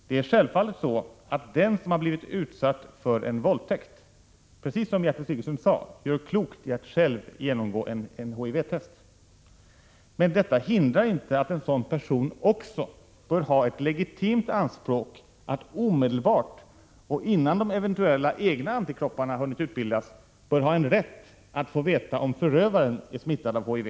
Det är självfallet så att den som har blivit utsatt för en våldtäkt — precis som Gertrud Sigurdsen sade — gör klokt i att själv genomgå ett HIV-test. Men detta hindrar inte att en sådan person också har ett legitimt anspråk att omedelbart och innan de eventuella egna antikropparna har = Prot. 1986/87:109 hunnit utbildas få veta om förövaren är smittad av HIV.